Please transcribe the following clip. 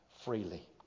freely